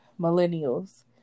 millennials